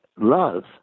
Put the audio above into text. love